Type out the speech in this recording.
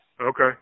Okay